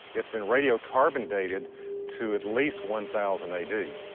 it's been radiocarbon-dated to at least one thousand a d.